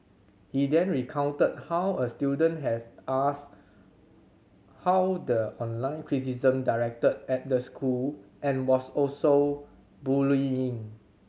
he then recounted how a student had asked how the online criticism directed at the school and was also bullying